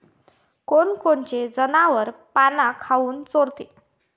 कोनकोनचे जनावरं पाना काऊन चोरते?